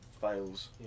fails